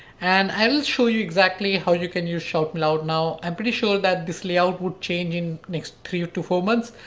and i will show you exactly how you can use shoutmeloud. now i'm pretty sure that this layout would change in next three to four months,